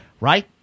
right